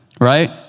right